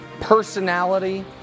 personality